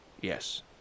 Yes